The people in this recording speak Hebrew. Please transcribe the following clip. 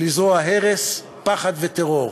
לזרוע הרס, פחד וטרור.